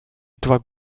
два